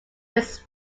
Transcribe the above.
his